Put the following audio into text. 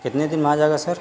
کتنے دن میں آ جائے گا سر